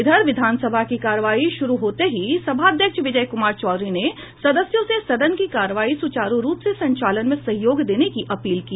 इधर विधानसभा की कार्यवाही शुरू होते ही सभाध्यक्ष विजय कुमार चौधरी ने सदस्यों से सदन की कार्यवाही सुचारू रूप से संचालन में सहयोग देने की अपील की